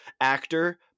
actor